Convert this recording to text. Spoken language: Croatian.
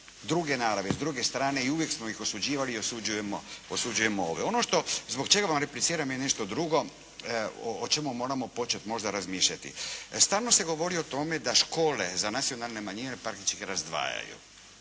druge naravi, s druge strane i uvijek smo ih osuđivali, osuđujemo ove. Ono zbog čega vam repliciram je nešto drugo o čemu moramo početi možda razmišljati. Stalno se govori o tome da škole za nacionalne manjine praktički ih razdvajaju.